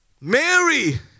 Mary